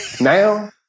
now